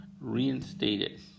reinstated